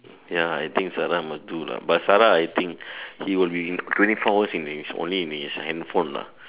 ya I think Sara must do lah but Sara I think he will be twenty four hours only be in his handphone lah